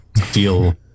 feel